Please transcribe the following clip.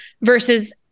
versus